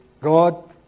God